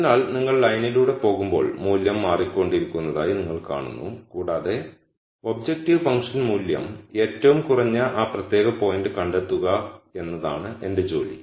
അതിനാൽ നിങ്ങൾ ലൈനിലൂടെ പോകുമ്പോൾ മൂല്യം മാറിക്കൊണ്ടിരിക്കുന്നതായി നിങ്ങൾ കാണുന്നു കൂടാതെ ഒബ്ജക്റ്റീവ് ഫംഗ്ഷൻ മൂല്യം ഏറ്റവും കുറഞ്ഞ ആ പ്രത്യേക പോയിന്റ് കണ്ടെത്തുക എന്നതാണ് എന്റെ ജോലി